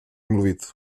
mluvit